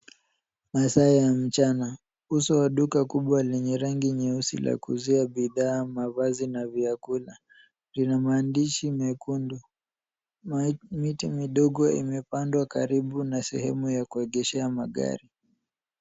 Masaa ya mchana. Uso wa duka kubwa lenye rangi nyeusi la kuuzia bidhaa , mavazi na vyakula lina maandishi mekundu. Miti midogo imepandwa karibu na sehemu ya kuegeshea magari.